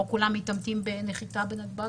לא כולם מתאמתים בנחיתה בנתב"ג,